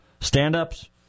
stand-ups